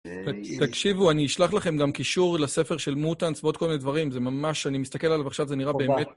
תקשיבו, אני אשלח לכם גם קישור לספר של מוטאנס ועוד כל מיני דברים, זה ממש, אני מסתכל עליו ועכשיו זה נראה באמת...